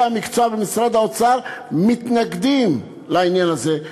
המקצוע במשרד האוצר מתנגדים לעניין הזה.